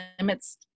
limits